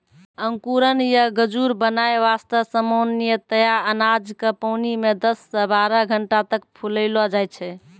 अंकुरण या गजूर बनाय वास्तॅ सामान्यतया अनाज क पानी मॅ दस सॅ बारह घंटा तक फुलैलो जाय छै